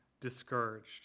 discouraged